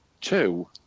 two